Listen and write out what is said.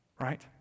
right